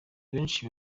benshi